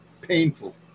painful